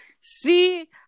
See